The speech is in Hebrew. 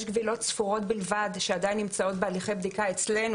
יש קבילות ספורות בלבד שעדיין נמצאות בהליכי בדיקה אצלנו,